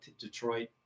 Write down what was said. Detroit